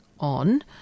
on